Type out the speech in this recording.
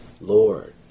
Lord